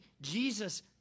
Jesus